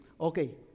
Okay